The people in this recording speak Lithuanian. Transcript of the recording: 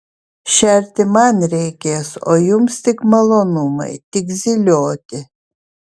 šerti man reikės o jums tik malonumai tik zylioti